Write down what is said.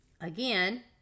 again